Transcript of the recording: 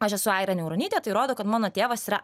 aš esu aira niauronytė tai rodo kad mano tėvas yra